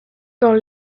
dans